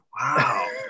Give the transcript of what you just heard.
Wow